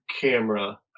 camera